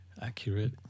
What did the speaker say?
accurate